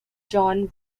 june